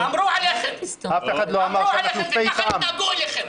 אמרו עליכם וככה התנהגו אליכם.